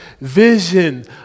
Vision